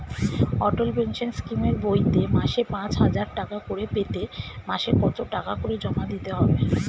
অটল pension স্কিমের বইতে মাসে পাঁচ হাজার টাকা করে পেতে মাসে কত টাকা করে জমা দিতে হবে?